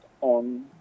on